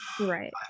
right